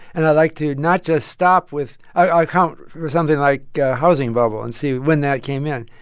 and i like to not just stop with i count for something like housing bubble and see when that came in.